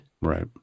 Right